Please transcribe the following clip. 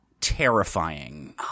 terrifying